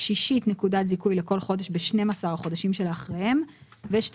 שישית נקודת זיכוי לכל חודש ב-12 החודשים שאחריהם ויש את